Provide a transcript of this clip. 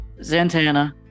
Zantana